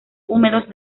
húmedos